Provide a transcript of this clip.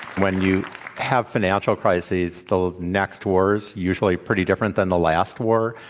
when you have financial crises, the next war's usually pretty different than the last war.